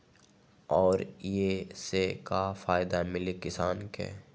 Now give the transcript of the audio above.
और ये से का फायदा मिली किसान के?